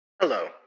Hello